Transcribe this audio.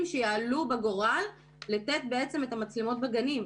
שיעלו בגורל לתת בעצם את המצלמות בגנים.